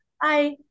bye